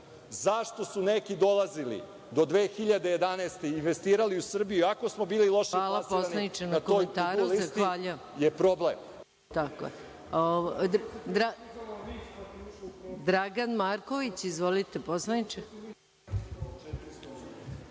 Zašto su neki dolazili do 2011. godine i investirali u Srbiji, iako smo bili loše plasirani na toj listi je problem.